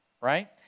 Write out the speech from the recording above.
right